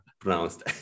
pronounced